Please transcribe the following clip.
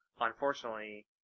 unfortunately